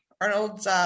Arnold's